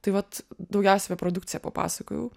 tai vat daugiausiai apie produkciją papasakojau